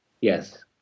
Yes